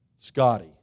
Scotty